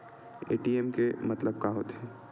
ATM के मतलब का होथे?